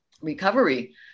recovery